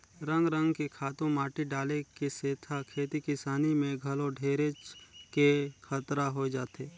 रंग रंग के खातू माटी डाले के सेथा खेती किसानी में घलो ढेरेच के खतरा होय जाथे